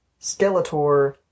Skeletor